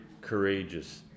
courageous